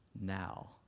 now